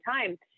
time